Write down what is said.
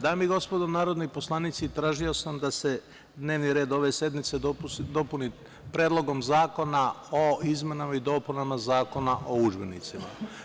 Dame i gospodo narodni poslanici, tražio sam da se dnevni red ove sednice dopuni Predlogom zakona o izmenama i dopunama Zakona o udžbenicima.